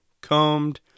combed